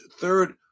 third